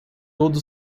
todo